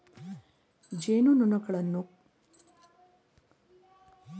ಜೇನುನೊಣಗಳು ಗುಂಪಾಗಿ ಇರಲು ಮತ್ತು ಮಕರಂದವನ್ನು ಸಂಗ್ರಹಿಸಲು ಜೇನುಗೂಡನ್ನು ಕಟ್ಟಿಕೊಳ್ಳುತ್ತವೆ